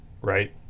right